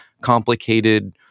complicated